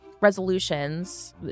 resolutions